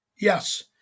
Yes